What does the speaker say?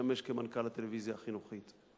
לשמש כמנכ"ל הטלוויזיה החינוכית.